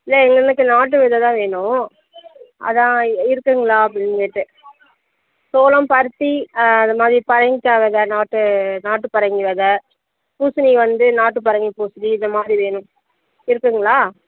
இல்லை எனக்கு நாட்டு வெதை தான் வேணும் அதுதான் இருக்குதுங்களா அப்படின்னு கேட்டேன் சோளம் பருத்தி அந்த மாதிரி பரங்கிக்காய் வெதை நாட்டு நாட்டு பரங்கி வெதை பூசணி வந்து நாட்டு பரங்கி பூசணி இது மாதிரி வேணும் இருக்குதுங்களா